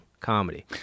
Comedy